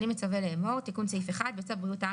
אני מצווה לאמור תיקון סעיף 1 --- בריאות העם